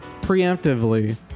preemptively